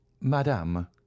Madame